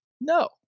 No